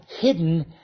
hidden